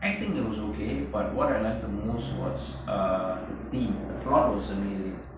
acting was okay but what I liked the most was uh the theme the plot was amazing